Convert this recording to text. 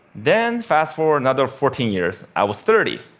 then, fast-forward another fourteen years. i was thirty.